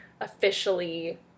officially